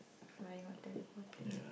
flying or teleporting